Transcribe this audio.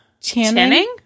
Channing